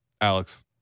Alex